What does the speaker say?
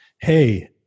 hey